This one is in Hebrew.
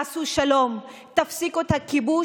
תעשו שלום, תפסיקו את הכיבוש.